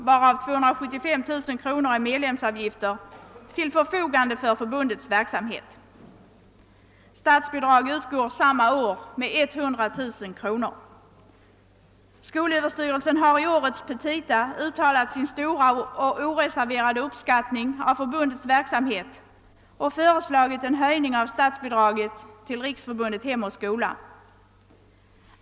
— varav 275 000 kr. är medlemsavgifter — till förfogande för förbundets verksamhet. Statsbidrag utgår samma år med 100 000 kr. Skolöverstyrelsen har i årets petita uttalat sin stora och oreserverade uppskattning av förbundets verksamhet och föreslagit en höjning av statsbidraget till Riksförbundet Hem och Skola.